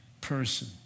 person